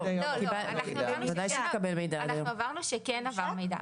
הבנו שכן עבר מידע.